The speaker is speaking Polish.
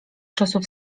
czasów